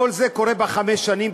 כל זה קורה בחמש שנים,